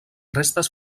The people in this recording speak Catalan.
restes